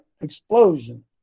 Explosion